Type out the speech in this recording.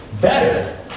Better